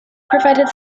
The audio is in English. provided